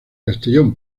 castellón